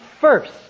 first